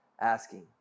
asking